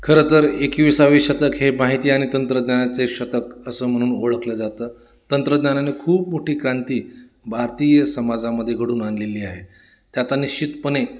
खरं तर एकवीसावे शतक हे माहिती आणि तंत्रज्ञानाचे शतक असं म्हणून ओळखलं जातं तंत्रज्ञानाने खूप मोठी क्रांती भारतीय समाजामध्ये घडून आणलेली आहे त्याचा निश्चितपणे